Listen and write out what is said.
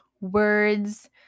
words